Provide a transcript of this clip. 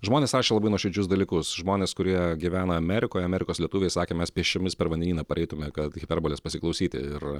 žmonės rašė labai nuoširdžius dalykus žmonės kurie gyvena amerikoje amerikos lietuviai sakė mes pėsčiomis per vandenyną pareitume kad hiperbolės pasiklausyti ir